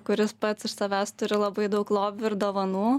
kuris pats iš savęs turi labai daug lobių ir dovanų